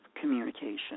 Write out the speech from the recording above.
communication